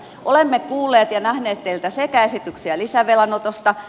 olemme kuulleet ja nähneet teiltä esityksiä lisävelanotosta